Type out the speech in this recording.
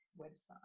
website